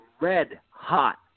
red-hot